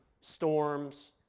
storms